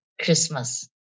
Christmas